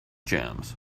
jams